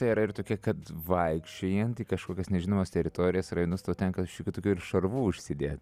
ta yra ir tokia kad vaikščiojant į kažkokias nežinomas teritorijas rajonus tau tenka šiokių tokių ir šarvų užsidėt